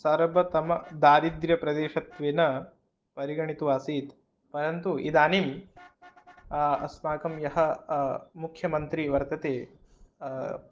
सर्वतमदारिद्र्यप्रदेशत्वेन परिगणितो आसीत् परन्तु इदानीम् अस्माकं यः मुख्यमन्त्री वर्तते